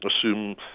assume